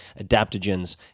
adaptogens